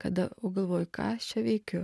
kada o galvoju ką aš čia veikiu